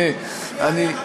אני אסביר לך.